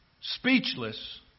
speechless